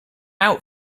out